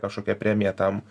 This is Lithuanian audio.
kažkokią premiją tam